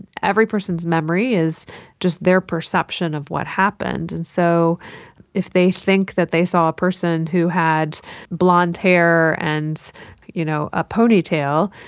every person's memory is just their perception of what happened. and so if they think that they saw a person who had blonde hair and you know a ponytail,